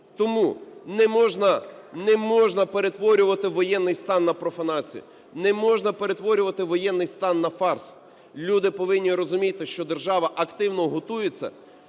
Тому не можна перетворювати воєнний стан на профанацію, не можна перетворювати воєнний стан на фарс. Люди повинні розуміти, що держава активно готується,